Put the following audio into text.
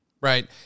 Right